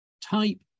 type